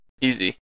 Easy